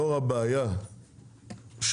לאור הבעיה,